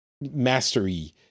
mastery